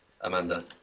Amanda